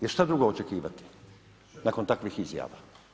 Jer šta drugo očekivati nakon takvih izjava?